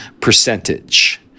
percentage